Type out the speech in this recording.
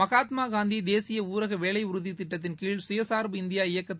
மகாத்மா காந்தி தேசிய ஊரக வேலை உறுதி திட்டத்தின் கீழ் சுயசார்பு இந்தியா இயக்கத்தை